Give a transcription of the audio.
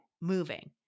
moving